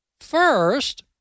First